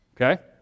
Okay